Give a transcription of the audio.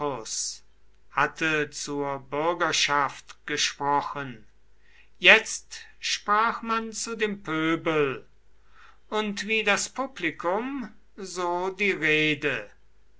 hatte zur bürgerschaft gesprochen jetzt sprach man zu dem pöbel und wie das publikum so die rede